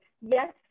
Yes